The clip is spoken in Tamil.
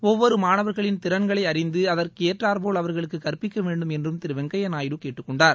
ஒவ்வொரு மாணவர்களின் திறன்களை அறிந்து அதற்கேற்றாற்போல் அவர்களுக்கு கற்பிக்கவேண்டும் என்றும் திரு வெங்கய்யா நாயுடு கேட்டுக்கொண்டார்